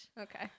Okay